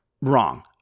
Wrong